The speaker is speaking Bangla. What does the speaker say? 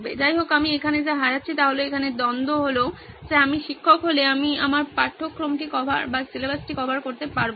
যাইহোক আমি এখানে যা হারাচ্ছি তা হল এখানে দ্বন্দ্ব হল যে আমি শিক্ষক হলে আমি আমার পাঠ্যক্রমটি কভার করতে পারব না